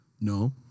No